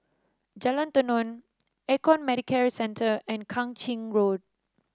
Jalan Tenon Econ Medicare Centre and Kang Ching Road